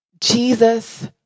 Jesus